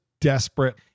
desperate